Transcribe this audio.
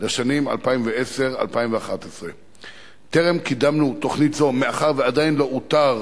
לשנים 2010 2011. טרם קידמנו תוכנית זו מאחר שעדיין לא אותר